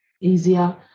easier